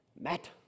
matt